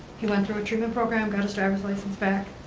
he went through a treatment program, got his driver's license back.